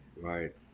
right